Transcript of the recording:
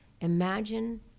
Imagine